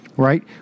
Right